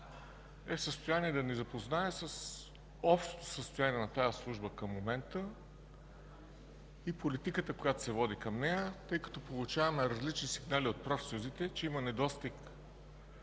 е в състояние да ни запознае с общото състояние на тази Служба към момента и политиката, която се води към нея, тъй като получаваме различни сигнали от профсъюзите, че има недостиг